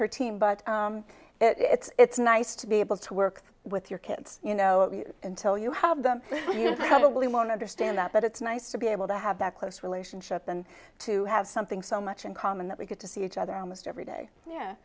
but it's nice to be able to work with your kids you know until you have them you probably won't understand that but it's nice to be able to have that close relationship and to have something so much in common that we get to see each other almost every day yeah